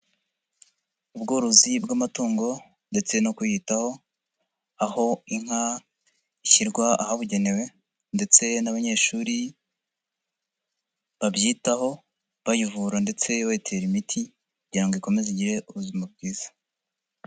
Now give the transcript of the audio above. Ubworozi bw'amatungo ndetse no kuyitaho, aho inka ishyirwa ahabugenewe ndetse n'abanyeshuri babyitaho, bayivura ndetse bayitera imiti, kugira ngo ikomeze igire ubuzima bwiza.